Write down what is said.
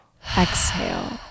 exhale